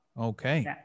Okay